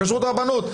כשרות רבנות.